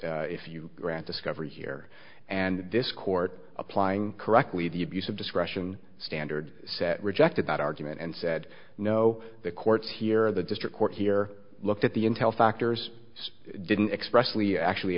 if you grant discovery here and this court applying correctly the abuse of discretion standard set rejected that argument and said no the courts here the district court here looked at the intel factors didn't